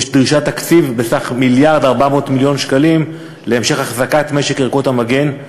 יש דרישת תקציב בסך 1.4 מיליארד שקלים להמשך החזקת משק ערכות המגן.